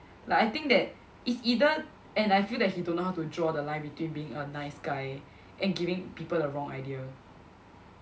like I think that is either and I feel that he don't know how to draw the line between being a nice guy and giving people the wrong idea